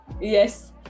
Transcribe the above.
Yes